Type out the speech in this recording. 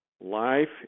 Life